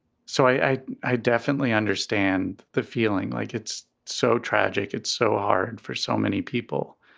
so i i definitely understand that feeling like it's so tragic, it's so hard for so many people.